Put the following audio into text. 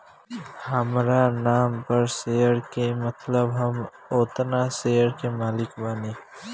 हामरा नाम पर शेयर के मतलब हम ओतना शेयर के मालिक बानी